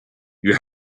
you